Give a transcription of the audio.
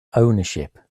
ownership